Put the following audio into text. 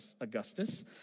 Augustus